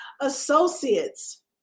associates